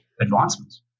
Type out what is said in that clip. advancements